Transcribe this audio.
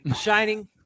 Shining